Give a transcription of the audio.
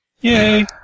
Yay